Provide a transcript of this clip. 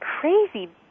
crazy